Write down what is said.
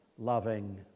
loving